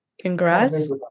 congrats